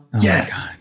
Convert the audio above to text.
Yes